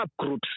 subgroups